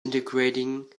integrating